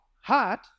heart